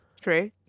True